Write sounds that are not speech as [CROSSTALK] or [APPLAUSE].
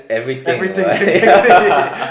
everything right [LAUGHS]